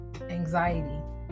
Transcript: anxiety